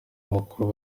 mukuru